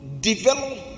develop